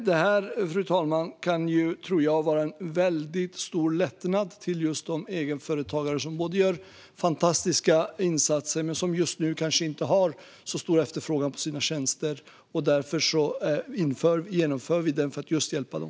Detta kan, tror jag, vara en stor lättnad för de egenföretagare som gör fantastiska insatser och just nu kanske inte har så stor efterfrågan på sina tjänster. Därför genomför vi detta för att hjälpa dem.